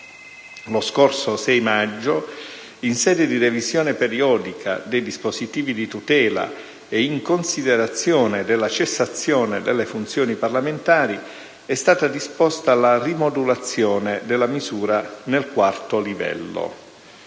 Lo scorso 6 maggio, in sede di revisione periodica dei dispositivi di tutela e in considerazione della cessazione delle funzioni parlamentari, è stata disposta la rimodulazione della misura nel quarto livello.